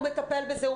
הוא מטפל בזה,